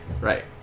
Right